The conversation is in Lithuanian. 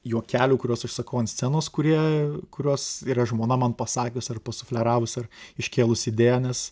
juokelių kuriuos aš sakau ant scenos kurie kuriuos yra žmona man pasakius ar pasufleravus ar iškėlusi idėją nes